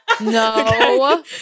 No